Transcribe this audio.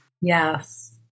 Yes